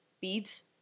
beads